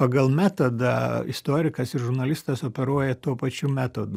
pagal metodą istorikas ir žurnalistas operuoja tuo pačiu metodu